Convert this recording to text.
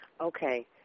Okay